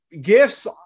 gifts